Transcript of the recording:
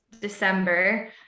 December